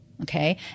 okay